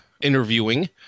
interviewing